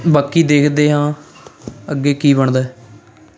ਬਾਕੀ ਦੇਖਦੇ ਹਾਂ ਅੱਗੇ ਕੀ ਬਣਦਾ